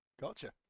Gotcha